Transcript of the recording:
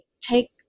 take